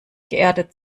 geerdet